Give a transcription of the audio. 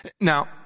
Now